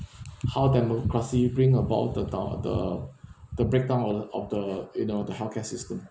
how democracy bring about the down the the breakdown of the of the you know the healthcare system